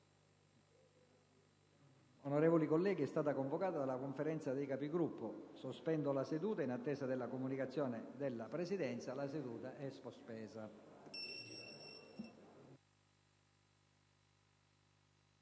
Onorevoli colleghi, è stata convocata la Conferenza dei Capigruppo. In attesa delle comunicazioni della Presidenza, la seduta è sospesa.